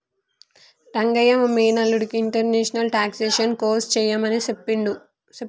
రంగయ్య మా మేనల్లుడికి international taxation course సెయ్యమని సెప్పాడు